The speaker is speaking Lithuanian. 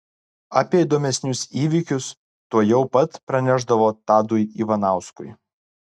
apie įdomesnius įvykius tuojau pat pranešdavo tadui ivanauskui